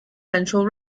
central